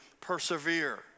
persevere